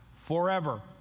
forever